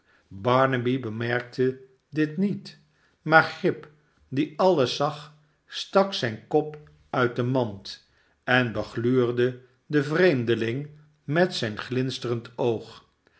barnaby bemerkte dit niet maar grip die alles zag stak zijn kop uit de mand en begluurde den vreemdeling met zijn glinsterend oog